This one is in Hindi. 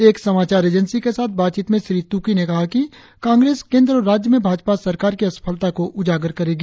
एक समाचार एजेंसी के साथ बातचीत में श्री तुकी ने कहा कि कांग्रेस केंद्र और राज्य में भाजपा सरकार की असफलता को उजागर करेगी